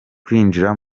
kwinjira